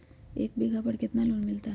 एक बीघा पर कितना लोन मिलता है?